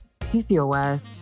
PCOS